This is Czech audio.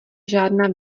žádná